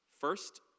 First